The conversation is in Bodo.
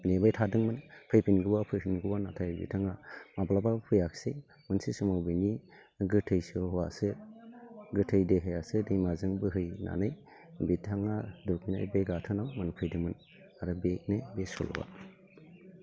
नेबाय थादोंमोन फैफिनगौब्ला फैफिनगौब्ला नाथाय बिथाङा माब्लाबाबो फैयाख्सै मोनसे समाव बेनि गोथै सह'आसो गोथै देहायासो दैमाजों बोहैनानै बिथाङा दुगैनाय दै गाथोनाव मोनफैदोंमोन आरो बेनो बे सल'आ